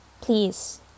please